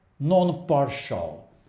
non-partial